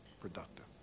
productive